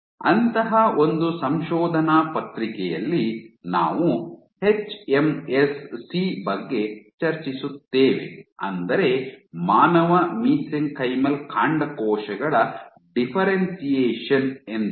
ಅಂತಹ ಒಂದು ಸಂಶೋಧನಾ ಪತ್ರಿಕೆಯಲ್ಲಿ ನಾವು ಎಚ್ಎಂಎಸ್ಸಿ ಬಗ್ಗೆ ಚರ್ಚಿಸುತ್ತೇವೆ ಅಂದರೆ ಮಾನವ ಮಿಸೆಂಕೈಮಲ್ ಕಾಂಡಕೋಶಗಳ ಡಿಫ್ಫೆರೆನ್ಶಿಯೇಷನ್ ಎಂದರ್ಥ